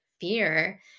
fear